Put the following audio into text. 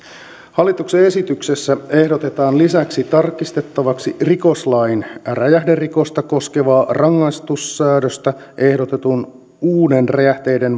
hallituksen esityksessä ehdotetaan lisäksi tarkistettavaksi rikoslain räjähderikosta koskevaa rangaistussäädöstä ehdotetun uuden räjähteiden